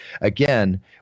again